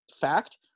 fact